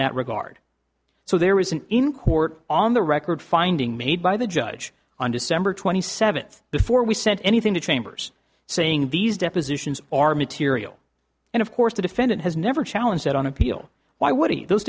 that regard so there was an in court on the record finding made by the judge on december twenty seventh before we sent anything to chambers saying these depositions are material and of course the defendant has never challenge that on appeal